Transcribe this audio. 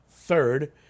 Third